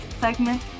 segment